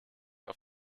auf